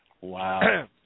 Wow